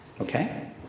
Okay